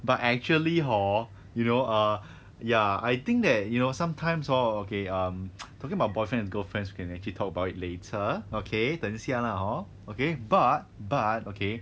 but actually hor you know err ya I think that you know sometimes oh okay um talking about boyfriend girlfriend we can actually talk about it later okay 等一下 lah hor okay but but okay